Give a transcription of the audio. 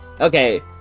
Okay